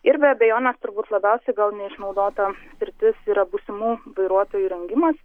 ir be abejonės turbūt labiausiai gal neišnaudota sritis yra būsimų vairuotojų rengimas